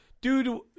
dude